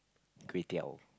kway teow